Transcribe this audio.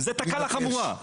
זו תקלה חמורה.